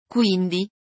Quindi